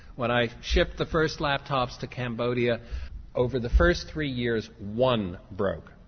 when i shipped the first laptops to cambodia over the first three years one broke,